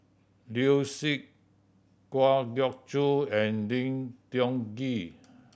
Liu Si Kwa Geok Choo and Lim Tiong Ghee